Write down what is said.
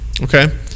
okay